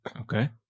Okay